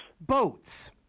Boats